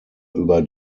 über